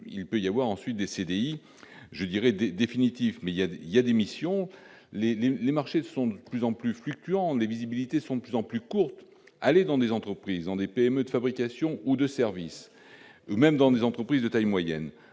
il peut y avoir ensuite des CDI, je dirais des définitif, mais il y a, il y a des missions, les lignes, les marchés sont de plus en plus fluctuante des visibilités sont de plus en plus courte, aller dans des entreprises ont des PME de fabrication ou de services, même dans des entreprises de taille moyenne,